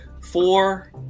four